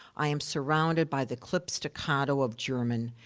i am surrounded by the clipped staccato of german.